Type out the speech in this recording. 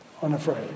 unafraid